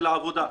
של העבודה.